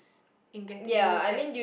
in getting use that